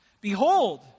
behold